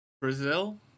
Brazil